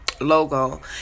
logo